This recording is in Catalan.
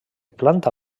planta